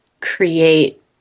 create